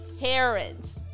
parents